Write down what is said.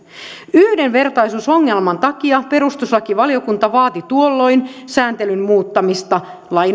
yhdenvertaisuusongelman takia perustuslakivaliokunta vaati tuolloin sääntelyn muuttamista